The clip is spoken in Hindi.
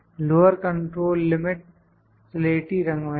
लोअर कंट्रोल लिमिट स्लेटी रंग में है